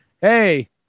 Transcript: hey